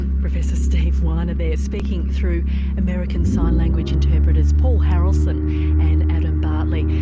professor stephen weiner there, speaking through american sign language interpreters paul harrelson and adam bartley.